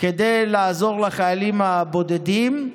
כדי לעזור לחיילים הבודדים,